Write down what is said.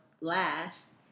last